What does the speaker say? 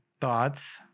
Thoughts